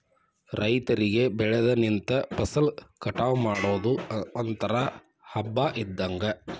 ರೈತರಿಗೆ ಬೆಳದ ನಿಂತ ಫಸಲ ಕಟಾವ ಮಾಡುದು ಒಂತರಾ ಹಬ್ಬಾ ಇದ್ದಂಗ